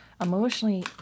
Emotionally